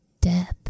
death